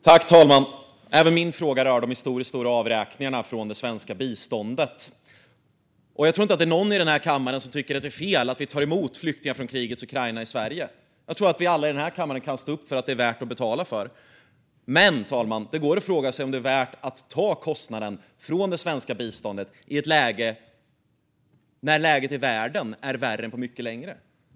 Fru talman! Även min fråga rör de historiskt stora avräkningarna från det svenska biståndet. Jag tror inte att det är någon i denna kammare som tycker att det är fel att vi i Sverige tar emot flyktingar från krigets Ukraina. Jag tror att vi alla i denna kammare kan stå upp för att det är värt att betala för det. Men, fru talman, det går att fråga om det är värt att ta kostnaden från det svenska biståndet när läget i världen är värre än på mycket länge.